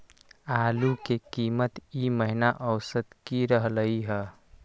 आलू के कीमत ई महिना औसत की रहलई ह?